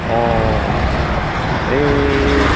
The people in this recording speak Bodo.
अ ए